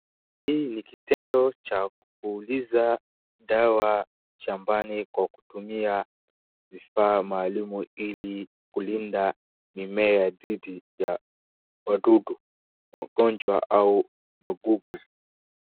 Hii ni kitendo cha kupuliza dawa shambani kwa kutumia vifaa maalum ili kulinda mimea dhidi ya wadudu, magonjwa au magugu.